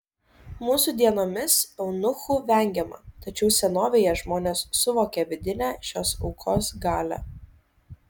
mūsų dienomis eunuchų vengiama tačiau senovėje žmonės suvokė vidinę šios aukos galią